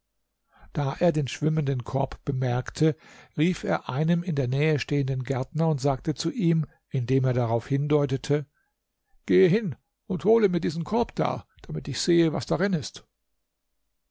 da er den schwimmenden korb bemerkte rief er einem in der nähe stehenden gärtner und sagte zu ihm indem er darauf hindeutete gehe hin und hole mir diesen korb da damit ich sehe was darin ist